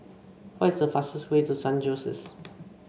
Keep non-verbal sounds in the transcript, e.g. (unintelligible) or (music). what is the fastest way to San Jose (unintelligible)